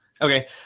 Okay